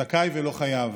זכאי ולא חייב",